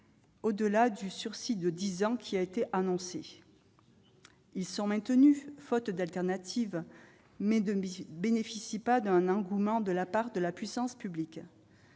au-delà du sursis de dix ans qui a été annoncé. Ils sont maintenus, faute d'alternative, mais ne bénéficient pas d'un engouement de la part de la puissance publique.